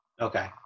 Okay